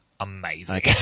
amazing